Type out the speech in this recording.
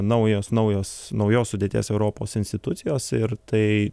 naujos naujos naujos sudėties europos institucijos ir tai